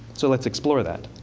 so let's explore that.